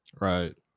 Right